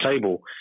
table